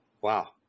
Wow